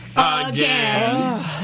again